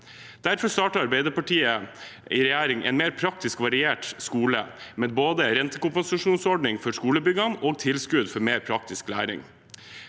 Derfor startet Arbeiderpartiet i regjering en mer praktisk og variert skole, med både rentekompensasjonsordning for skolebyggene og tilskudd for mer praktisk læring.